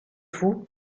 fou